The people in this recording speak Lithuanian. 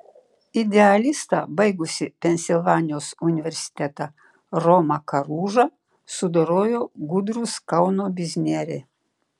idealistą baigusį pensilvanijos universitetą romą karužą sudorojo gudrūs kauno biznieriai